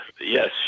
Yes